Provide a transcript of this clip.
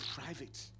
private